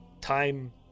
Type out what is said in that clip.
time